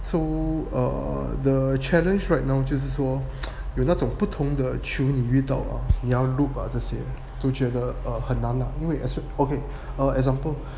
so err the challenge right now 就是说有那种不同的球你遇到 ah 你要 loop ah 这些都觉得 err 很难 ah 因为 as~ okay err example